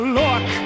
look